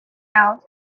out